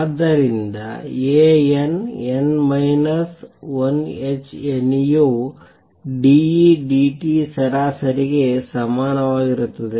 ಆದ್ದರಿಂದ A n n minus 1 h nu d E d t ಸರಾಸರಿಗೆ ಸಮಾನವಾಗಿರುತ್ತದೆ